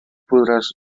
podràs